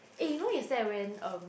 eh you know yesterday I went um